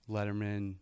Letterman